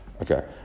Okay